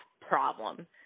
problem